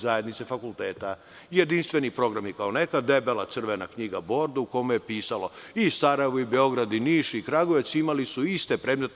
Zajednice fakulteta, jedinstveni programi kao nekad, debela crvena knjiga, bordo, u kome je pisalo i Sarajevo i Beograd i Niš i Kragujevac, imali su iste predmete.